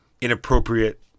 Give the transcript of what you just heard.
inappropriate